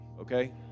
Okay